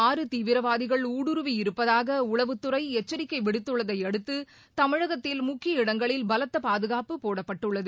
கோவை மாவட்டத்தில் தீவிரவாதிகள் ஊடுருவி இருப்பதாக உளவுத்துறை எச்சரிக்கை விடுத்துள்ளதையடுத்து தமிழகத்தில் முக்கிய இடங்களில் பலத்த பாதுகாப்பு போடப்பட்டுள்ளது